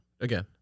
again